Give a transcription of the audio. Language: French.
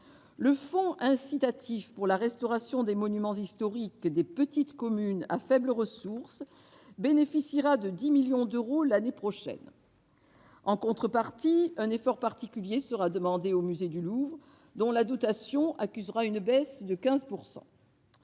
Le fonds incitatif et partenarial pour la restauration des monuments historiques des petites communes à faibles ressources bénéficiera de 10 millions d'euros l'année prochaine. En contrepartie, un effort particulier sera demandé au musée du Louvre, dont la dotation accusera une baisse de 15 %.